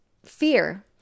fear